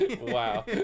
Wow